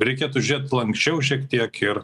reikėtų žiūrėt lanksčiau šiek tiek ir